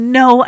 no